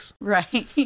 Right